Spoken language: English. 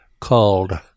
called